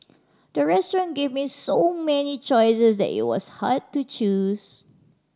the restaurant gave me so many choices that it was hard to choose